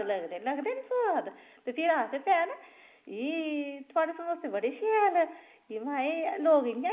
बागबानी दी ओ लुड़ियां गै पेदियां रौंह्दियां नै बाकी आमले दे बूह्टे लाए दे नै